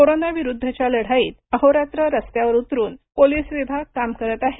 कोरोनाविरुध्दच्या लढाईत अहोरात्र रस्त्यावर उतरून पोलिस विभाग काम करीत आहे